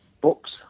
books